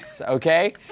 okay